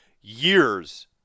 years